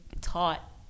taught